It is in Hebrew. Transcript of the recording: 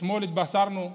אתמול התבשרנו,